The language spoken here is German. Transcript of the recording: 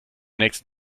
nächste